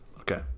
Okay